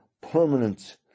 permanent